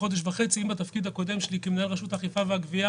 בתפקידי הקודם כמנהל רשות האכיפה והגבייה